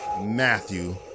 Matthew